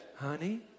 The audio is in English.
honey